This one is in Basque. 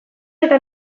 eta